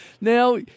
Now